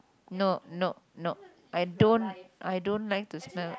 no no nope I don't I don't like to smell